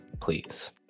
please